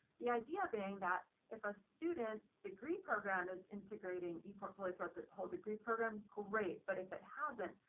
the idea being that if a student's degree program is integrating a portfolio throughout the whole degree program, great, but if it hasn't,